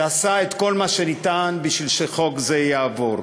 שעשה את כל מה שניתן בשביל שחוק זה יעבור.